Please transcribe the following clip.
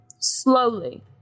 slowly